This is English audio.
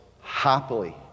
happily